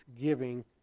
giving